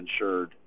insured